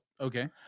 Okay